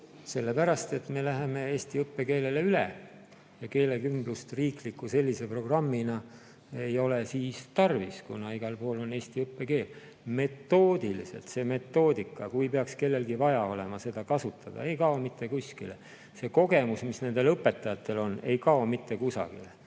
Sellepärast, et me läheme eesti õppekeelele üle ja keelekümblust riikliku programmina ei ole siis tarvis, kuna igal pool on eesti õppekeel. See metoodika, kui peaks kellelgi vaja olema seda kasutada, ei kao mitte kuskile. See kogemus, mis nendel õpetajatel on, ei kao mitte kusagile.